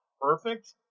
perfect